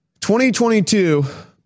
2022